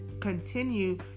continue